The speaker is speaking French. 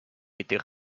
était